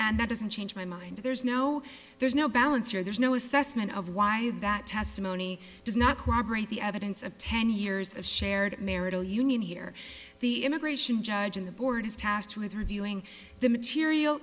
and that doesn't change my mind there's no there's no balance or there's no assessment of why that testimony does not cooperate the evidence of ten years of shared marital union here the immigration judge and the board is tasked with reviewing the material